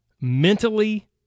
mentally